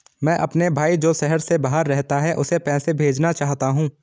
मैं अपने भाई जो शहर से बाहर रहता है, उसे पैसे भेजना चाहता हूँ